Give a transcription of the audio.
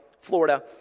Florida